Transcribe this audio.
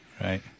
right